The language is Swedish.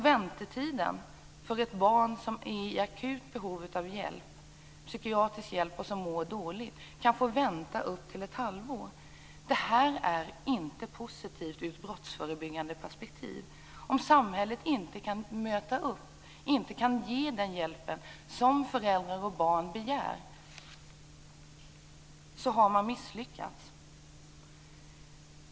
Väntetiden för ett barn som är i akut behov av psykiatrisk hjälp och som mår dåligt kan vara upp till ett halvår. Det här är inte positivt ur ett brottsförebyggande perspektiv. Om samhället inte kan ge den hjälp som föräldrar och barn begär, har man misslyckats.